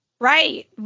Right